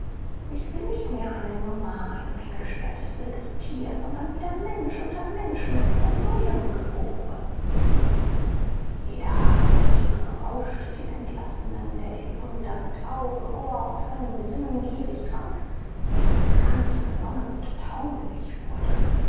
ich bin nicht mehr eine nummer ein eingesperrtes wildes tier sondern wieder mensch unter menschen und von neuem geboren jeder atemzug berauschte den entlassenen der die wunder mit auge ohr und allen sinnen gierig trank und ganz benommen und taumelig wurde